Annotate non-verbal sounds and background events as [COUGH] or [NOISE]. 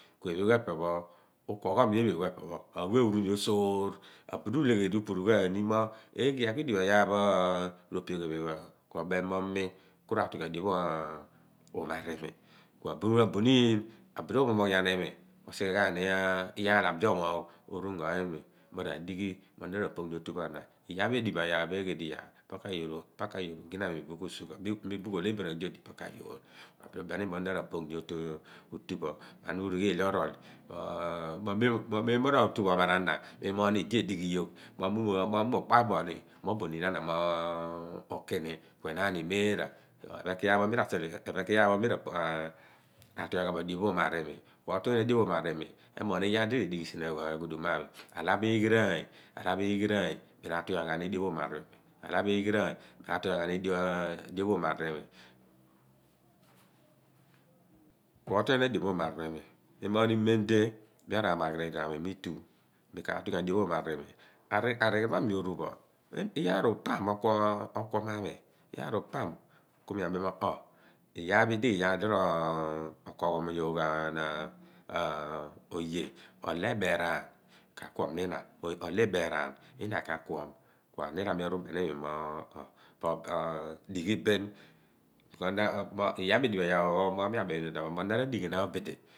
Epheegh pho epe pho ukuughom ni iboom ku a budi ulegheri upurughaan ni mo eeghe kuidighibo iyaar pho ropeegh bo epheegh pho eepho ku mi abem mo mi kuraatughian ghan dio pho umaar bo imi kua buniin abulo upjo moghian imi usighe ghaani iyaar lo a bidi ommogh oru ungo imi ubnei imi mo radighi mo na r'apoogh ni otu pho ana iyaar pho edighi bo iyaar pho pa kaayoor oghinaam bin ku sughe mi bin kuolebirioony di odi pa ka yoor ubeniimi mo na ra poogh ni ra poogh ni otupho mana urigheeh orool [HESITATION] mo memmoh rotubo omaar ana mo imooghni idi edighi yoogh, mo mughu mo upaar booni oboh oniin ana mukuni kuolo enaan imeerah ephen kuiyaar pho mi raatughian gha bo dio pho umaar bo imi otughian adiopho umaar bo imi emuughni iyaar diredighi ghan sien a ghuduum mo a mi alha pho eghiraany alha pho eghiiraany mi r'aatughian ghaa ni dio pho umaar no limi [HESITATION] rowah otughian adio pho umaar bo imi moogh ni memdi miaru amagh righiri aami miitu mi kaatughian diopho umaar bo imi arighiri pho a mi orubo iyaar upham okuom ma mi ku mi a miilough iyaar pho idighi iyaar di rokuoghom ghan oye ooloh eebeeraam kakuom ni nyina olo iberraan ina ka kuom kuaniir ami aru ubeeni imi mo dighibin mo iyaar pho edighibo iyaar pho mira benibo nyina na radighi naan oye